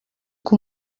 que